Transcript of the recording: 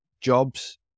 jobs